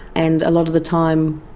and a lot of the time,